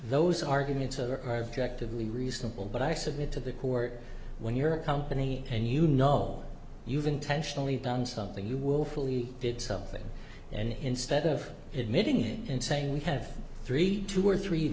those arguments are actively reasonable but i submit to the court when you're a company and you know you've intentionally done something you will fully did something and instead of admitting and saying we have three two or three